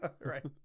right